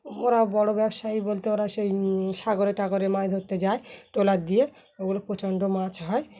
ওরা বড়ো ব্যবসায়ী বলতে ওরা সেই সাগরে টাগরে মাছ ধরতে যায় ট্রলার দিয়ে ওগুলো প্রচণ্ড মাছ হয়